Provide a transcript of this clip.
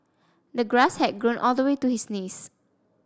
the grass had grown all the way to his knees